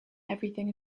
everything